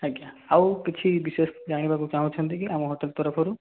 ଆଜ୍ଞା ଆଉ କିଛି ବିଶେଷ ଜାଣିବାକୁ ଚାହୁଁଛନ୍ତି କି ଆମ ହୋଟେଲ୍ ତରଫରୁ